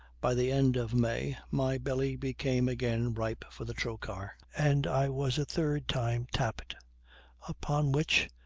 by the end of may, my belly became again ripe for the trochar, and i was a third time tapped upon which,